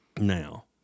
now